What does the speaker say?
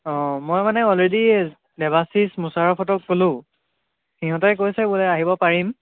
অঁ মই মানে অলৰেডি দেৱাশীষ মুচাফৰহঁতক ক'লো সিহঁতে কৈছে বোলে আহিব পাৰিম